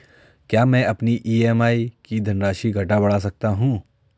क्या मैं अपनी ई.एम.आई की धनराशि घटा बढ़ा सकता हूँ?